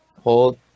hold